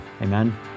Amen